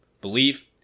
Believe